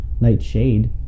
Nightshade